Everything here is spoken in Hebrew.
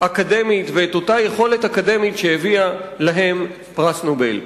אקדמית ואת אותה יכולת אקדמית שהביאה להם פרס נובל.